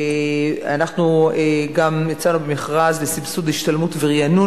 אנחנו גם יצאנו במכרז לסבסוד השתלמות ורענון